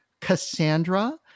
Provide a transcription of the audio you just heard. Cassandra